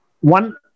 one